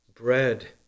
Bread